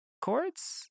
chords